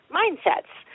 mindsets